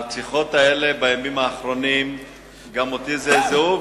הרציחות האלה בימים האחרונים גם אותי זעזעו,